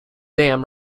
dam